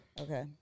Okay